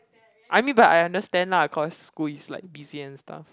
I mean but I understand lah cause school is like busy and stuff